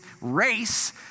race